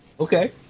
Okay